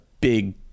big